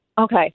Okay